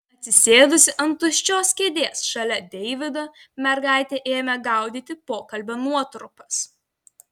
atsisėdusi ant tuščios kėdės šalia deivido mergaitė ėmė gaudyti pokalbio nuotrupas